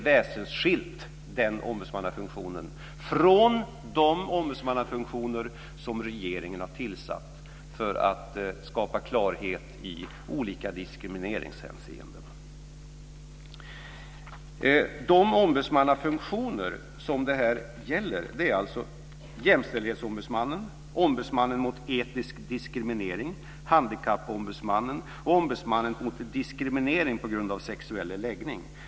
Denna ombudsmannafunktion är väsensskild från de ombudsmannafunktioner som regeringen har tillsatt för att skapa klarhet i olika diskrimineringshänseenden. De ombudsmannafunktioner som detta gäller är alltså Jämställdhetsombudsmannen, Ombudsmannen mot etnisk diskriminering, Handikappombudsmannen och Ombudsmannen mot diskriminering på grund av sexuell läggning.